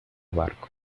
barco